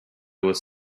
was